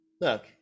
Look